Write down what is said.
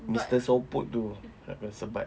mister soput itu nak kena sebat